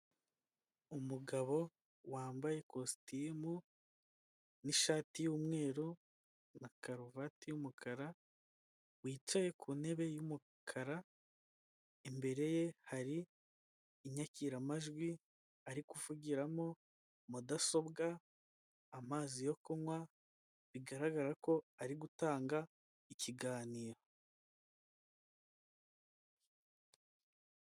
Umugabo wambaye ikositimu n'ishati y'umweru na karuvati y'umukara wicaye ku ntebe y'umukara imbere ye hari inyakiramajwi ari kuvugiramo, mudasobwa, amazi yo kunywa bigaragara ko ari gutanga ikiganiro.